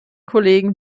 kollegen